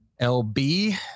LB